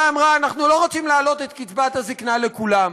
אמרה: אנחנו לא רוצים להעלות את קצבת הזיקנה לכולם,